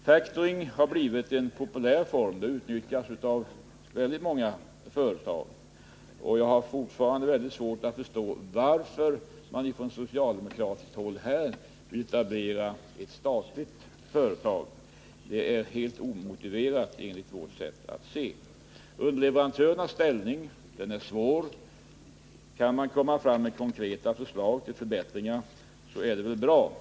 Factoring har blivit en populär verksamhet, och den utnyttjas av många företag. Jag har fortfarande mycket svårt att förstå varför man från socialdemokratiskt håll vill etablera ett statligt företag. Det är helt omotiverat enligt vårt sätt att se. Underleverantörernas ställning är svår, och kan man komma med konkreta förslag till förbättringar är det bra.